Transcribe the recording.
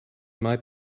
might